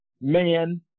Man